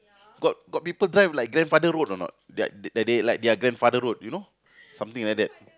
got got people drive like grandfather road or not that that they like their grandfather road you know something like that